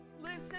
Listen